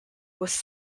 was